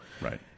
Right